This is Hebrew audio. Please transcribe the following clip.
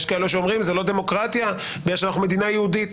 יש כאלו שאומרים: זה לא דמוקרטיה בגלל שאנחנו מדינה יהודית.